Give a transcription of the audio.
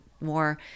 more